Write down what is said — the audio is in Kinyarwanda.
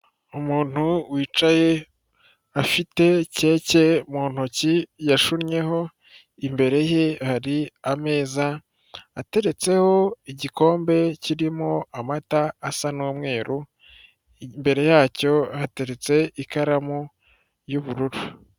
Umuntu wicaye afite keke mu ntoki yashunyeho, imbere ye hari ameza ateretseho igikombe kirimo amata asa n'umweru, imbere yacyo hateretse ikaramu y'ubururu.